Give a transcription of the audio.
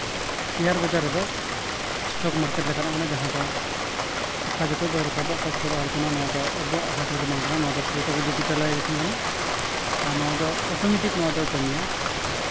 share ᱵᱟᱡᱟᱨ ᱨᱮᱫᱚ stock market ᱞᱮᱠᱟᱱᱟᱜ ᱠᱟᱱᱟ ᱡᱟᱦᱟᱸ ᱫᱚ ᱚᱠᱟ ᱡᱚᱠᱷᱚᱡ ᱫᱚ ᱨᱟᱠᱟᱵᱚᱜ ᱚᱠᱟ ᱡᱚᱠᱷᱮᱡ ᱫᱚ ᱟᱬᱜᱚᱱᱟ ᱱᱚᱣᱟ ᱫᱚ ᱟᱵᱚᱣᱟᱜ ᱦᱟᱛ ᱨᱮᱫᱚ ᱵᱟᱝ ᱠᱟᱱᱟ ᱱᱚᱣᱟ ᱫᱚ ᱯᱩᱨᱟᱹᱴᱟ ᱜᱮ ᱰᱤᱡᱤᱴᱟᱞᱟᱭᱡᱮᱥᱚᱱ ᱠᱟᱱᱟ ᱟᱨ ᱱᱚᱣᱟ ᱫᱚ ᱚᱴᱳᱢᱮᱴᱤᱠ ᱱᱚᱣᱟ ᱫᱚᱭ ᱠᱟᱹᱢᱤᱭᱟ